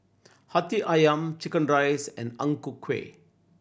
Hati Ayam chicken rice and Ang Ku Kueh